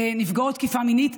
לנפגעות תקיפה מינית,